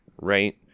right